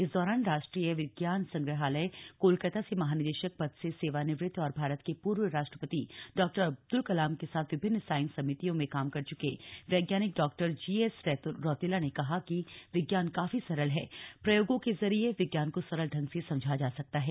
इस दौरान राष्ट्रीय विज्ञान संग्रहालय कोलकाता से महानिदेशक पद से सेवानिवृत्त और भारत के पूर्व राष्ट्रपति डा अब्दुल कलाम के साथ विभिन्न साइंस समितियों में काम कर चुके वैज्ञानिक डा जीएस रौतेला ने कहा कि विज्ञान काफी सरल है प्रयोगों के जरिए विज्ञान को सरल ढंग से समझा जा सकता है